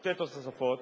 שתי תוספות: